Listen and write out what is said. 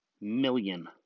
million